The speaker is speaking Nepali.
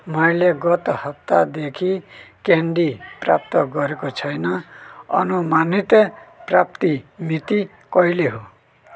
मैले गत हप्तादेखि क्यान्डी प्राप्त गरेको छैन अनुमानित प्राप्ति मिति कहिले हो